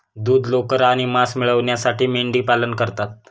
दूध, लोकर आणि मांस मिळविण्यासाठी मेंढीपालन करतात